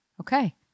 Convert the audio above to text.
okay